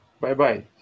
Bye-bye